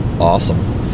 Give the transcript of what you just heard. Awesome